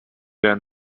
ran